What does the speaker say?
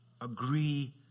agree